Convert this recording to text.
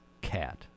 cat